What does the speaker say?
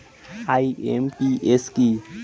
IMPS কি?